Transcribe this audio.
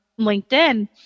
LinkedIn